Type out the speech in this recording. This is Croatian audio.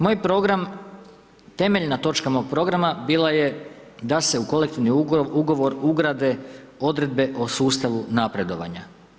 Moj program, temeljna točka mog programa bila je da se u kolektivni ugovor ugrade odredbe o sustavu napredovanja.